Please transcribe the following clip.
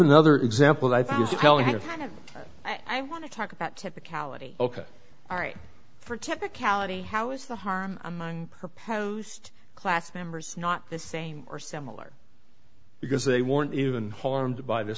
here i want to talk about technicality ok all right for technicality how is the harm among proposed class members not the same or similar because they weren't even harmed by the